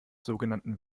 sogenannten